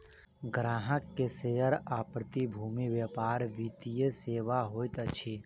ग्राहक के शेयर आ प्रतिभूति व्यापार वित्तीय सेवा होइत अछि